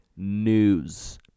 News